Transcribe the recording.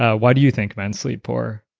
ah why do you think men sleep poor?